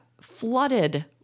flooded